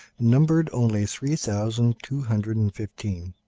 numbered only three thousand two hundred and fifteen.